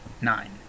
nine